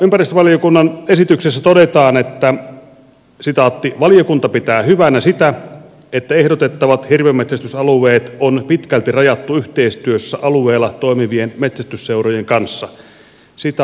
ympäristövaliokunnan esityksessä todetaan että valiokunta pitää hyvänä sitä että ehdotettavat hirvenmetsästysalueet on pitkälti rajattu yhteistyössä alueella toimivien metsästysseurojen kanssa